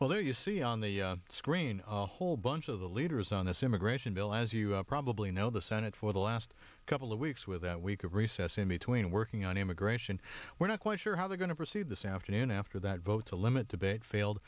well there you see on the screen a whole bunch of the leaders on this immigration bill as you probably know the senate for the last couple of weeks with that week of recess in between working on immigration we're not quite sure how they're going to proceed this afternoon after that vote to limit debate failed